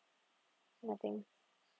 nothing